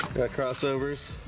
crossovers